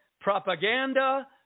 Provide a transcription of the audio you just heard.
propaganda